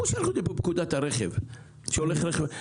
כמו שאנחנו יודעים בפקודת הרכב כשהולך רכב,